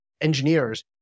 engineers